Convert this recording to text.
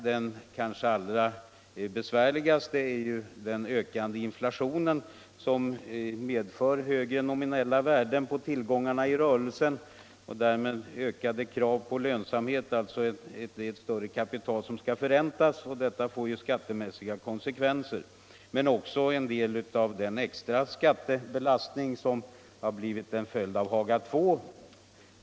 Den kanske allra besvärligaste är den ökande inflationen, som medför högre nominella värden på tillgångarna i rörelsen och därmed ökade krav på lönsamhet genom att ett större kapital skall förräntas. Detta får skattemässiga konsekvenser. Ett annat problem är den extra skattebelastning som har blivit en följd av Haga II.